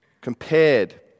Compared